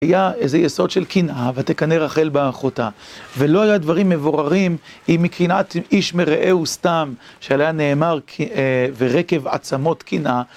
היה איזו יסוד של קנאה, ותקנא רחל באחותה, ולא היה דברים מבוררים אם מקנאת איש מרעהו סתם, שעליה נאמר ורקב עצמות קנאה.